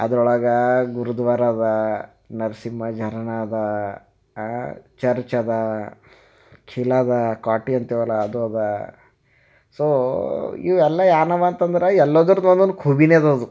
ಅದರೊಳಗೆ ಗುರುದ್ವಾರ ಇದೆ ನರಸಿಂಹ ಝಾರನಾ ಇದೆ ಚರ್ಚ್ ಇದೆ ಕಿಲಾ ಇದೆ ಕೋಟೆ ಅಂತೀವಲ್ಲ ಅದು ಇದೆ ಸೊ ಇವೆಲ್ಲ ಏನಿವೆ ಅಂತಂದ್ರೆ ಎಲ್ಲದರದ ಒಂದೊಂದು ಖೂಬಿಯೇ ಇದೆ ಅದು